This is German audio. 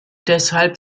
deshalb